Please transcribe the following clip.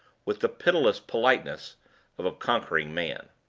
with the pitiless politeness of a conquering man.